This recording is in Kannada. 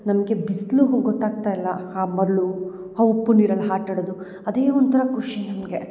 ನಮಗೆ ಬಿಸಿಲು ಗೊತ್ತಾಗ್ತಾ ಇಲ್ಲ ಆ ಮರಳು ಆ ಉಪ್ಪು ನೀರಲ್ಲಿ ಆಟ ಆಡದು ಅದೇ ಒಂಥರ ಖುಷಿ ನಮಗೆ